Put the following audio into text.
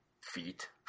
feet